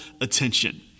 attention